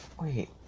Wait